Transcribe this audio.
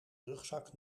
rugzak